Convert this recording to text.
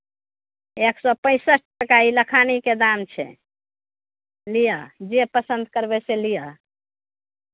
एक सौ पैंसठि टाका ई लखानीके दाम छै लिअ जे पसन्द करबै से लिअ